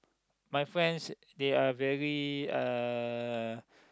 my friends they are very uh